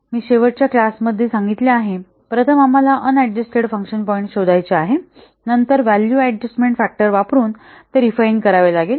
मी तुला शेवटच्या क्लास मध्ये सांगितले आहे प्रथम आम्हाला अन अडजस्टेड फंक्शन पॉईंट शोधायचा आहे नंतर व्हॅल्यू अडजस्टमेन्ट फॅक्टर वापरुन ते रिफाइन करावे लागेल